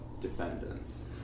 defendants